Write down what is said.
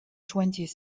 twentieth